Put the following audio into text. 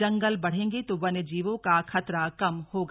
जंगल बढ़ेंगे तो वन्य जीवों का खतरा कम होगा